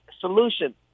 solution